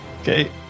Okay